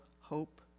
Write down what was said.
hope